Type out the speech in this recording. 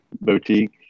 Boutique